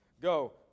Go